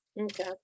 Okay